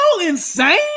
insane